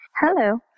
Hello